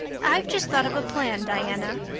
i've just thought of a plan, diana.